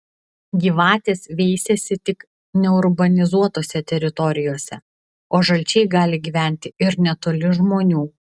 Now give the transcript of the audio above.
gyvatės veisiasi tik neurbanizuotose teritorijose o žalčiai gali gyventi ir netoli žmonių